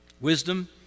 wisdom